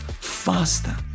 faster